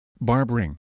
barbering